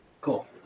Cool